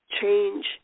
change